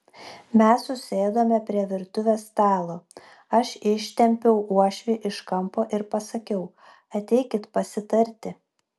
mes susėdome prie virtuvės stalo aš ištempiau uošvį iš kampo ir pasakiau ateikit pasitarti